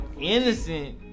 innocent